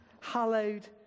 Hallowed